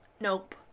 Nope